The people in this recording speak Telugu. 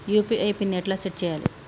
యూ.పీ.ఐ పిన్ ఎట్లా సెట్ చేయాలే?